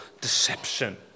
deception